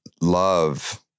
love